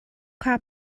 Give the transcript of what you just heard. kha